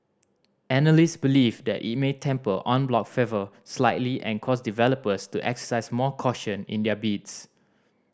analyst believe that it may temper en bloc fervour slightly and cause developers to exercise more caution in their bids